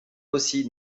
aussi